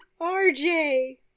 RJ